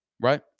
Right